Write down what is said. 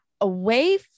away